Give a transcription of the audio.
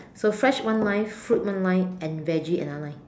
so fresh one line fruit one line and veggie another line